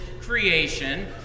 creation